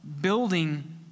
building